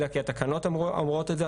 אלא כי התקנות אומרות את זה.